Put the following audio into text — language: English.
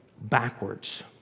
backwards